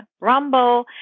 Rumble